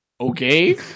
okay